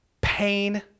pain